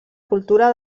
cultura